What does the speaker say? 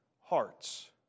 hearts